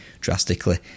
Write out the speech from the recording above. drastically